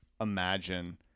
imagine